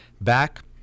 back